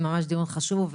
ממש דיון חשוב,